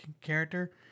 character